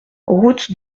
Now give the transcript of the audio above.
route